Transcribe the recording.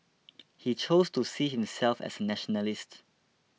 he chose to see himself as a nationalist